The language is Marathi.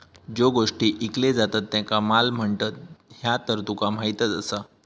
ज्यो गोष्टी ईकले जातत त्येंका माल म्हणतत, ह्या तर तुका माहीतच आसा